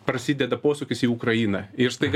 prasideda posūkis į ukrainą ir staiga